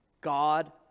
God